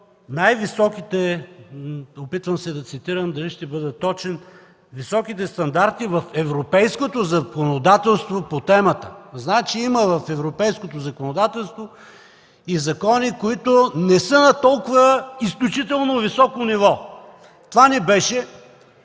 се стига до (опитвам се да цитирам, дали ще бъда точен) най-високите стандарти в европейското законодателство по темата. Значи има в европейското законодателство и закони, които не са на толкова изключително високо ниво. Трябваше